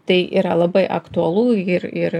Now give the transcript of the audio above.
tai yra labai aktualu ir ir